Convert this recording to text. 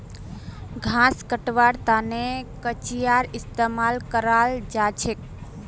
घास कटवार तने कचीयार इस्तेमाल कराल जाछेक